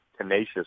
tenacious